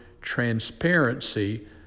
transparency